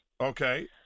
Okay